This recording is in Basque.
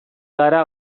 gara